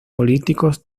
políticos